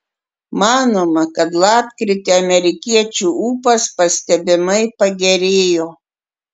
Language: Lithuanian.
manoma kad lapkritį amerikiečių ūpas pastebimai pagerėjo